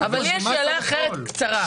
יש לי שאלה אחרת קצרה.